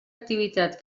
activitat